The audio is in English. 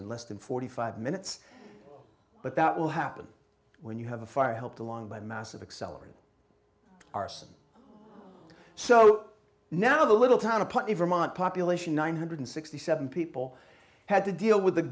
in less than forty five minutes but that will happen when you have a fire helped along by massive accelerant arson so now the little town of plenty vermont population nine hundred and sixty seven people had to deal with the